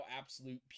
absolute